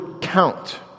count